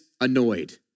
annoyed